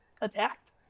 attacked